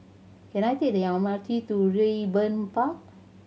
can I take the M R T to Raeburn Park